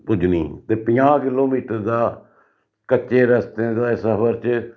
पुज्जनी ते पंजाह् किलो मीटर दा कच्चे रस्ते दे सफर च